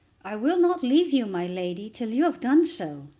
i will not leave you, my lady, till you have done so,